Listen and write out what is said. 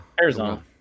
Arizona